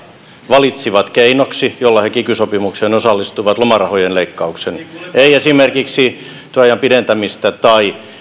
valitsivat keinoksi jolla he kiky sopimukseen osallistuvat lomarahojen leikkauksen ei esimerkiksi työajan pidentämistä tai